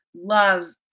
love